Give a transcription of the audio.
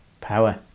power